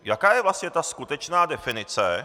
Jaká je vlastně skutečná definice?